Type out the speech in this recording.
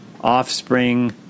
Offspring